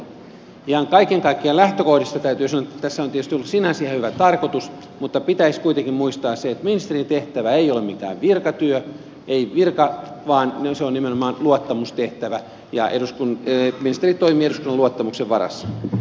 ihan kaiken kaikkiaan lähtökohdista täytyy sanoa että tässä on tietysti ollut sinänsä ihan hyvä tarkoitus mutta pitäisi kuitenkin muistaa se että ministerin tehtävä ei ole mikään virkatyö ei virka vaan se on nimenomaan luottamustehtävä ja ministeri toimii eduskunnan luottamuksen varassa